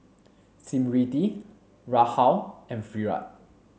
Smriti Rahul and Virat